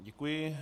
Děkuji.